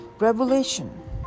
Revelation